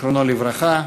זיכרונו לברכה.